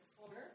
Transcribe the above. corner